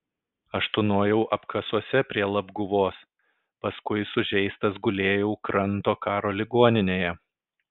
aš tūnojau apkasuose prie labguvos paskui sužeistas gulėjau kranto karo ligoninėje